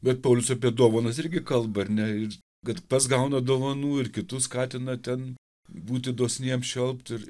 bet paulius apie dovanas irgi kalba ar ne ir kad pats gauna dovanų ir kitus skatina ten būti dosniems šelpt ir